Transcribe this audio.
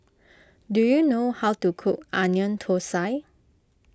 do you know how to cook Onion Thosai